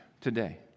today